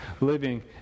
living